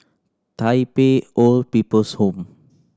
Tai Pei Old People's Home